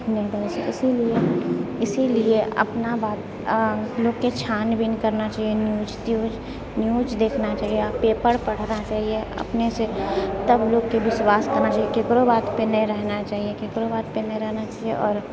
नहि दै छै इसीलिए अपना बात आओर लोकके छानबीन करना चाहिअऽ न्यूज त्यूज न्यूज देखना चाहिअऽ पेपर पढ़ना चाहिअऽ अपनेसँ तब लोकके विश्वास करना चाहिअऽ ककरो बातपर नहि रहना चाहिअऽ आओर